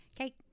okay